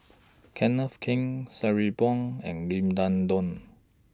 Kenneth Keng Sabri Buang and Lim Denan Denon